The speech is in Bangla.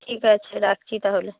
ঠিক আছে রাখছি তাহলে